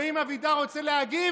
ואם אבידר רוצה להגיב,